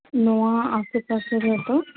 ᱱᱚᱣᱟ ᱟᱥᱮᱯᱟᱥᱮ ᱨᱮᱫᱚ